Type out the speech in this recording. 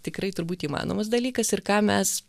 tikrai turbūt įmanomas dalykas ir ką mes